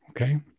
Okay